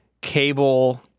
cable